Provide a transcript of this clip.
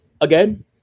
again